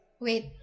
wait